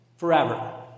Forever